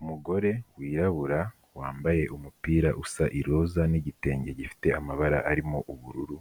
Umugore wirabura wambaye umupira usa iroza, n'igitenge gifite amabara arimo ubururu.